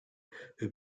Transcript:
who